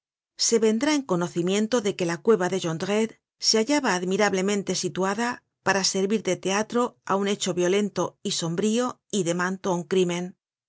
se vendrá en conocimiento de que la cueva de jondrette se hallaba admirablemente situada para servir de teatro á un hecho violento y sombrío y de manto á un crimen